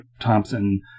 Thompson